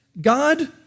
God